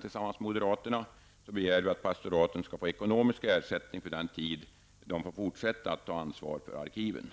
tillsammans med moderaterna -- begär vi att pastoraten skall få ekonomisk ersättning för den tid de får fortsätta att ta ansvar för arkiven.